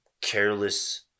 careless